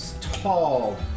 tall